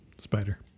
Spider